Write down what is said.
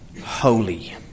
holy